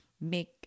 make